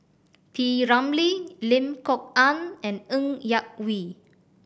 P Ramlee Lim Kok Ann and Ng Yak Whee